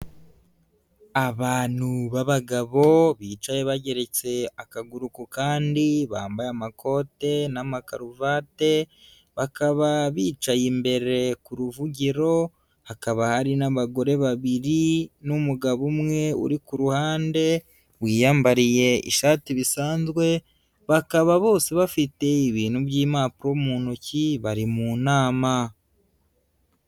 Abantu, b'abagabo, bicaye bageretse, akaguru ku kandi, bambaye amakote n'amakaruvate, bakaba bicaye imbere, ku ruvugiro, hakaba hari n'abagore babiri n'umugabo umwe, uri ku ruhande, wiyambariye ishati bisanzwe, bakaba bose bafite, ibintu by'impapuro mu ntoki, bari mu inama.